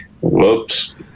Whoops